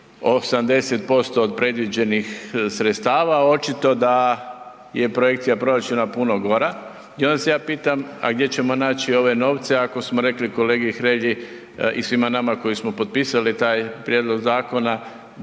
80% od predviđenih sredstava, a očito da je projekcija proračuna puno gora. I onda se ja pitam, a gdje ćemo naći ove novce ako smo rekli kolegi Hrelji i svima nama koji smo potpisali taj prijedlog zakona da